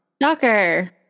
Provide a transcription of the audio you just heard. Knocker